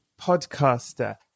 podcaster